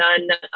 none